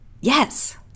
Yes